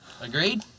Agreed